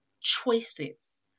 choices